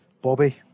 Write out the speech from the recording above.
Bobby